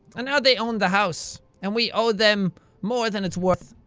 and now they own the house, and we owe them more than it's worth.